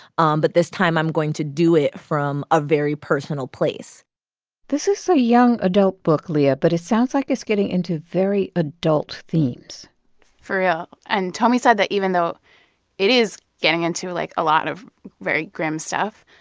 um but this time, i'm going to do it from a very personal place this is so a young adult book, leah. but it sounds like it's getting into very adult themes for real and tomi said that even though it is getting into, like, a lot of very grim stuff,